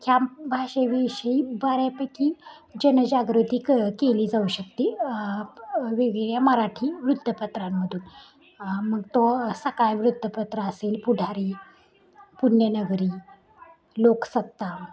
ह्या भाषेविषयी बऱ्यापैकी जनजागृती क केली जाऊ शकते वेगवेगळ्या मराठी वृत्तपत्रांमधून मग तो सकाळ वृत्तपत्र असेल पुढारी पुण्यनगरी लोकसत्ता